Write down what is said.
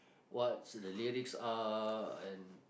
what's the lyrics are and